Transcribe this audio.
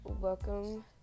welcome